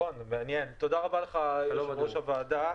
תודה רבה, יושב-ראש הוועדה.